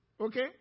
Okay